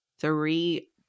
three